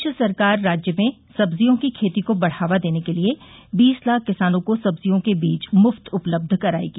प्रदेश सरकार राज्य में सब्जियों की खेती को बढ़ावा देने के लिये बीस लाख किसानों को सब्जियों के बीज मुफ्त उपलब्ध करायेगी